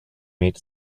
meat